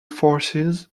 forces